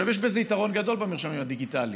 יש בזה יתרון גדול, במרשמים הדיגיטליים.